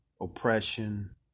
oppression